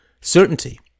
certainty